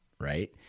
right